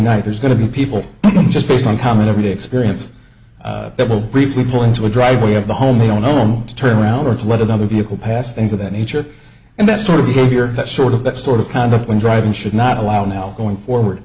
night there's going to be people just based on common everyday experience that will briefly pull into a driveway of the home they own home to turn around or to let another vehicle pass things of that nature and that sort of behavior that short of that sort of conduct when driving should not allow now going forward